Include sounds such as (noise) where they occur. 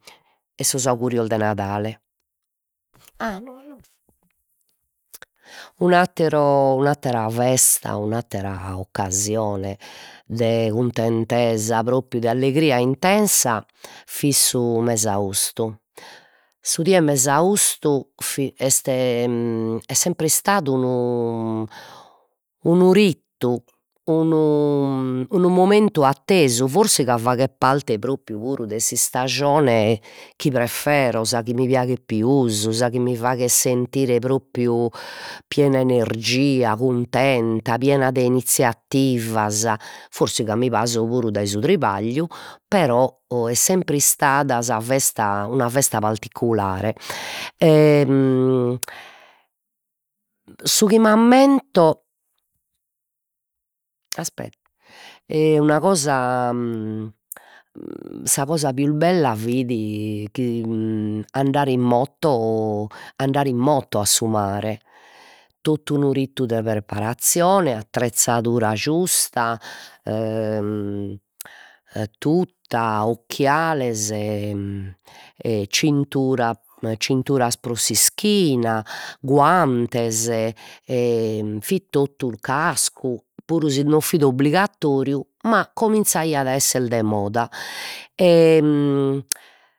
E sos augurios de Nadale a (unintelligible) un'attero, un'attera festa o un'attera occasione de cuntentesa propriu de allegria intensa fit su Mesaustu, su die 'e Mesaustu fit est (hesitation) est sempr'istadu unu (hesitation) unu ritu, unu (hesitation) unu momentu attesu, forsi ca faghet parte propriu puru de s'istajone chi preferzo, sa chi mi piaghet pius, sa chi mi faghet sentire propriu piena 'e energia, cuntenta, piena de (unintelligible) forsis ca mi paso puru dai su trabagliu, però o est sempr'istada sa festa una festa particulare e (hesitation) su chi m'ammento (hesitation) e una cosa (hesitation) sa cosa pius bellas fit chi chi andare in moto andare in moto a su mare, totu unu ritu de preparazzione, attrezzadura giusta e (hesitation) tuta, occiales e cintura e cinturas pro s'ischina, guantes e fit totu cascu puru si non fit obbligatoriu, ma cominzaiat a esser de moda e